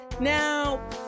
Now